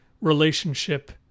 relationship